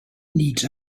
needs